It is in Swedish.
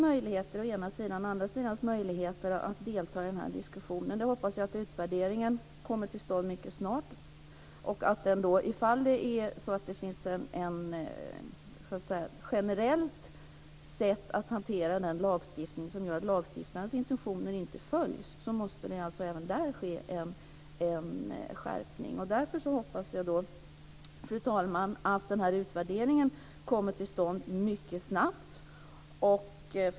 När det gäller närståendes möjligheter att delta i diskussionen hoppas jag att utvärderingen kommer till stånd mycket snart. Om det finns ett generellt sätt att hantera lagstiftningen på som innebär att lagstiftarens intentioner inte följs måste det även där ske en skärpning. Därför hoppas jag att utvärderingen kommer till stånd mycket snabbt.